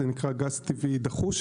זה נקרא גז טבעי דחוס,